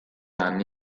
anni